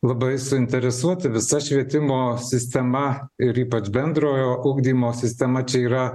labai suinteresuoti visa švietimo sistema ir ypač bendrojo ugdymo sistema čia yra